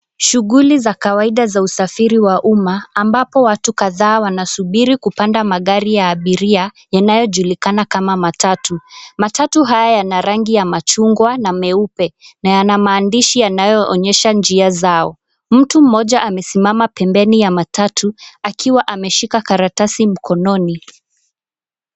Shughuli za kawaida za usafiri wa umma ambapo watu kadhaa wanasubiri kupanda magari ya abiria yanayojulikana kama matatu. Matatu haya yana rangi ya machungwa na meupe na yana maandishi yanayoonyesha njia zao. Mtu mmoja amesimama pembeni ya matatu akiwa ameshika karatasi mkononi.